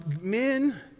men